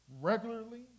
regularly